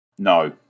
No